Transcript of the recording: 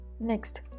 next